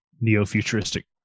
neo-futuristic